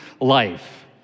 life